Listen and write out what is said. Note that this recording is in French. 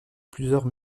plusieurs